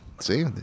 see